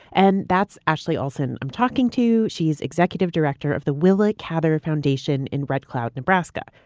and that's ashley olsen i'm talking to. she's executive director of the willa cather foundation in red cloud, nebraska.